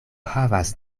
havas